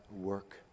work